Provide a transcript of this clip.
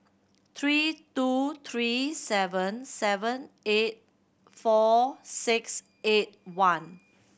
three two three seven seven eight four six eight one